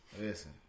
Listen